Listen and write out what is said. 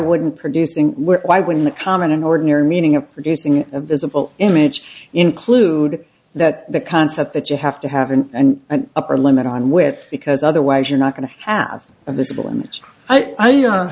wouldn't producing why when the common ordinary meaning of producing a visible image include that the concept that you have to have and an upper limit on wet because otherwise you're not going to have th